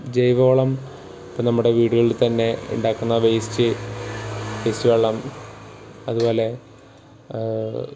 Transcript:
ജൈവവളം ഇപ്പോൾ നമ്മുടെ വീടുകളിൽത്തന്നെ ഉണ്ടാക്കുന്ന വേസ്റ്റ് വേസ്റ്റ് വെള്ളം അതുപോലെ